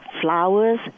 flowers